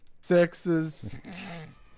Sixes